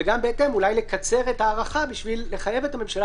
ובהתאם אולי לקצר את ההארכה בשביל לחייב את הממשלה